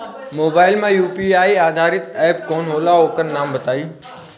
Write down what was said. Mobile म UPI आधारित app कौन होला ओकर नाम बताईं?